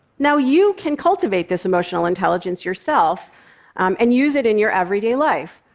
now you can cultivate this emotional intelligence yourself and use it in your everyday life.